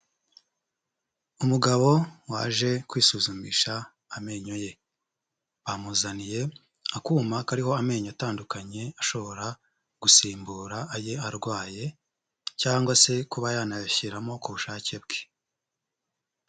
Umugabo waje kwisuzumisha amenyo ye, bamuzaniye akuma kariho amenyo atandukanye ashobora gusimbura aye arwaye cyangwa se kuba yanayashyiramo ku bushake bwe.